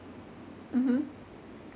mmhmm